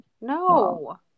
No